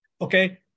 okay